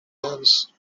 anos